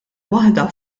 waħda